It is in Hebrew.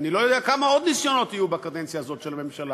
ואני לא יודע כמה עוד ניסיונות יהיו בקדנציה הזאת של הממשלה,